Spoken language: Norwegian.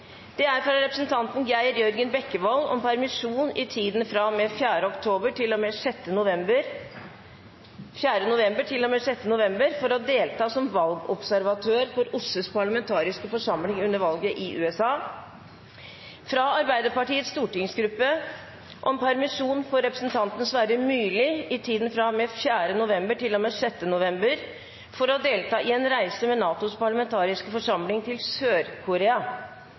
fra representanten Geir Jørgen Bekkevold om permisjon i tiden fra og med 4. november til og med 6. november for å delta som valgobservatør for OSSEs parlamentariske forsamling under valget i USA fra Arbeiderpartiets stortingsgruppe om permisjon for representanten Sverre Myrli i tiden fra og med 4. november til og med 6. november for å delta i en reise med NATOs parlamentariske forsamling til